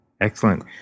Excellent